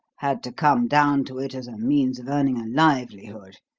had to come down to it as a means of earning a livelihood.